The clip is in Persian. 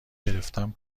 گرفتم